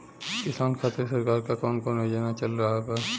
किसान खातिर सरकार क कवन कवन योजना चल रहल बा?